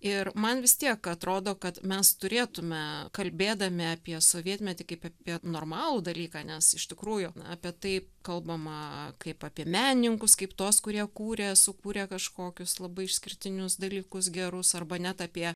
ir man vis tiek atrodo kad mes turėtume kalbėdami apie sovietmetį kaip apie normalų dalyką nes iš tikrųjų apie tai kalbama kaip apie menininkus kaip tuos kurie kūrė sukūrė kažkokius labai išskirtinius dalykus gerus arba net apie